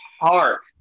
park